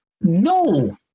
No